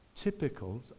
typical